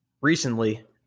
recently